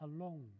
alone